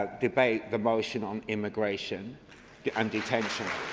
ah do bait the motion on immigration and detention.